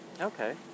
okay